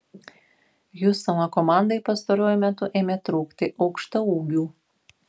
hjustono komandai pastaruoju metu ėmė trūkti aukštaūgių